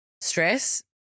stress